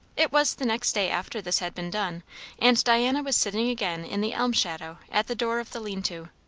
it was the next day after this had been done and diana was sitting again in the elm shadow at the door of the lean-to.